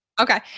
Okay